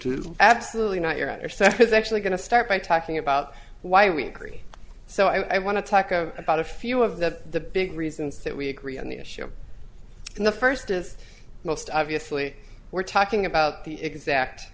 to absolutely not your other step is actually going to start by talking about why we agree so i want to talk about a few of the big reasons that we agree on the issue and the first is most obviously we're talking about the exact